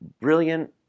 brilliant